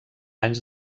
anys